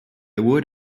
would